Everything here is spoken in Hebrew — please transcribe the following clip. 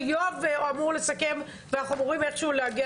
יואב אמור לסכם ואנחנו אמורים איכשהו להגיע